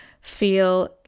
feel